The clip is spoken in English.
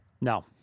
No